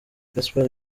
gaspard